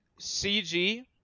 CG